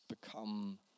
become